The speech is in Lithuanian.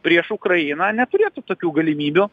prieš ukrainą neturėtų tokių galimybių